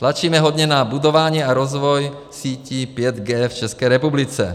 Tlačíme hodně na budování a rozvoj sítí 5G v České republice.